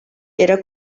era